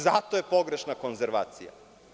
Zato je pogrešna konzervacija.